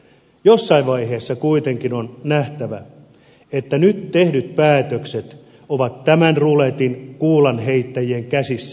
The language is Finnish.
jossain vaiheessa kuitenkin on nähtävä että nyt tehdyt päätökset ovat tämän ruletin kuulanheittäjien käsissä